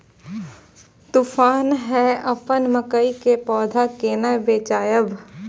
तुफान है अपन मकई के पौधा के केना बचायब?